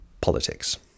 politics